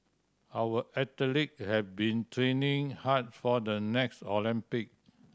our athlete have been training hard for the next Olympic